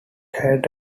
had